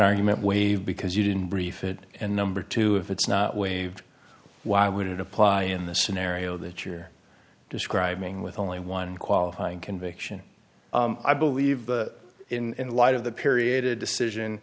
argument waived because you didn't brief it and number two if it's not waived why would it apply in the scenario that you're describing with only one qualifying conviction i believe in light of the period of decision